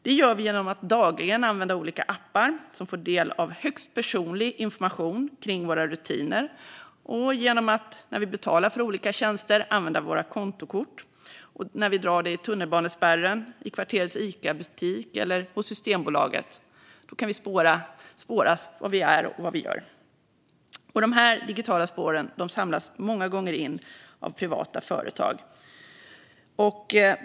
Det gör vi genom att dagligen använda olika appar, som får del av högst personlig information om våra rutiner, och genom att, när vi betalar för olika tjänster, använda kontokort som vi drar i tunnelbanespärren, i kvarterets Icabutik eller på Systembolaget. Det går då att spåra var vi är och vad vi gör. Dessa digitala spår samlas många gånger in av privata företag.